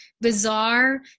bizarre